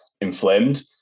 inflamed